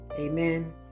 Amen